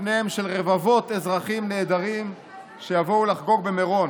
פניהם של רבבות אזרחים נהדרים שיבואו לחגוג במירון.